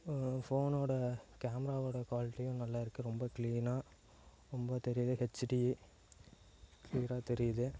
ஃபோனோடய கேமராவோடய குவாலிட்டியும் நல்லா இருக்குது ரொம்ப கிளீனாக ரொம்ப தெரியுது ஹெச்சிடி கிளியராக தெரியுது